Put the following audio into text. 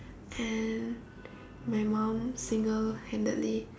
and my mum single handedly